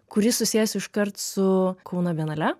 kuris susijęs iškart su kauno bienale